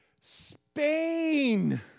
Spain